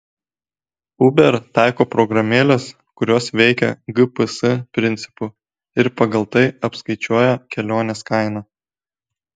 uber taiko programėles kurios veikia gps principu ir pagal tai apskaičiuoja kelionės kainą